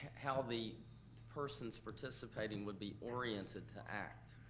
how the person's participating would be oriented to act.